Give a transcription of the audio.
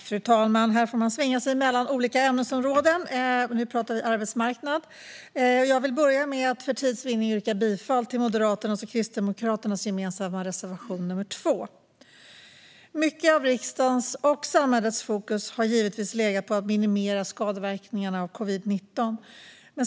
Fru talman! Här får man svinga sig mellan olika ämnesområden, och nu talar vi om arbetsmarknad. Jag vill börja med att för tids vinnande yrka bifall till Moderaternas och Kristdemokraternas gemensamma reservation 2. Mycket av riksdagens och samhällets fokus har givetvis legat på att minimera skadeverkningarna av covid-19.